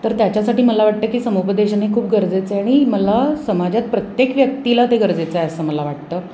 तर त्याच्यासाठी मला वाटतं की समुपदेशन हे खूप गरजेचं आहे आणि मला समाजात प्रत्येक व्यक्तीला ते गरजेचं आहे असं मला वाटतं